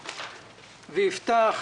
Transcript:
אפתח,